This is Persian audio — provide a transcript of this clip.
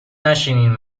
نشینین